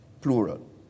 plural